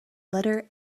letter